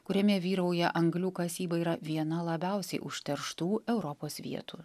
kuriame vyrauja anglių kasyba yra viena labiausiai užterštų europos vietų